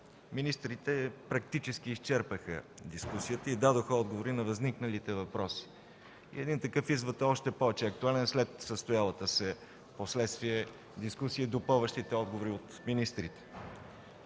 министрите практически изчерпаха дискусията и дадоха отговори на възникналите въпроси. Един такъв извод е още повече актуален след състоялата се впоследствие дискусия и допълващите отговори от министрите.